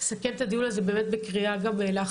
אני מסכמת את הדיון הזה גם בקריאה לאחריות.